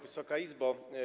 Wysoka Izbo!